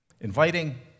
inviting